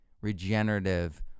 regenerative